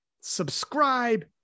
subscribe